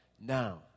now